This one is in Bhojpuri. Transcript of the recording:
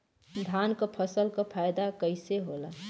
धान क फसल क फायदा कईसे होला?